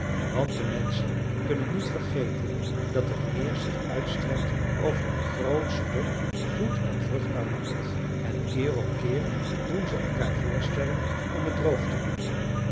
want de menschen kunnen niet vergeten dat het meer zich uitstrekt over een groot stuk goed en vruchtbaar land en keer op keer doen ze elkaar voorstellen om het droog te maken